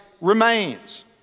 remains